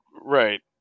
Right